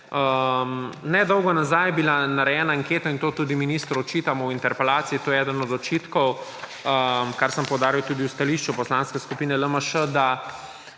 Nedolgo nazaj je bila narejena anketa, in to tudi ministru očitamo v interpelaciji, to je eden od očitkov, kar sem poudaril tudi v stališču Poslanske skupine LMŠ, da